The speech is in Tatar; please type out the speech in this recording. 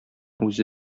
үзе